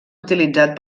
utilitzat